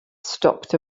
stopped